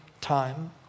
time